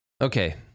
Okay